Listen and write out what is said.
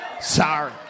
Sorry